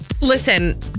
listen